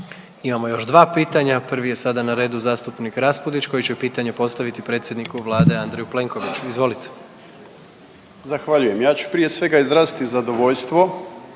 Imamo još dva pitanja. Prvi je sada na redu zastupnik Raspudić koji će pitanje postavit predsjedniku Vlade Andreju Plenkoviću. Izvolite. **Raspudić, Nino (MOST)** Zahvaljujem. Ja ću prije svega izraziti zadovoljstvo